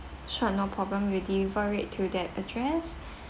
sure no problem we'll deliver it to that address